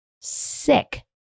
sick